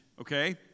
okay